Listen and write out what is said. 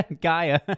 Gaia